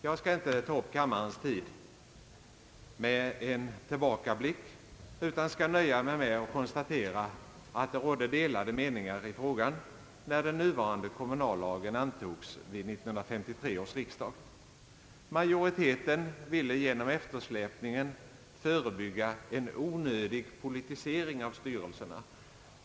Jag skall inte ta upp kammarens tid med en tillbakablick utan skall nöja mig med att konstatera att det rådde delade uppfattningar i frågan, när den nuvarande kommunallagen antogs vid 1953 års riksdag. Majoriteten ville genom eftersläpningen förebygga en »onödig politisering» av styrelserna.